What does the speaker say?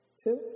two